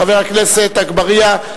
חבר הכנסת אגבאריה,